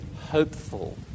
hopeful